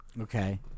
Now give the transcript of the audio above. Okay